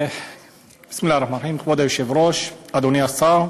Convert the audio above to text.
כבוד היושב-ראש, אדוני השר,